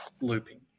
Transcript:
looping